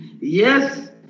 Yes